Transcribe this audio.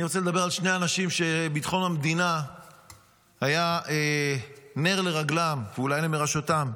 אני רוצה לדבר על שני אנשים שביטחון המדינה היה נר לרגלם ואולי למורשתם.